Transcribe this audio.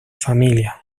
familia